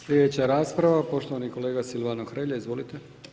Sljedeća rasprava, poštovani kolega Silvano Hrelja, izvolite.